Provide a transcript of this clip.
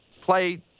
play